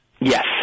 Yes